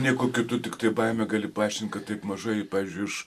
niekuo kitu tiktai baime gali paaiškinti kad taip mažai pavyzdžiui iš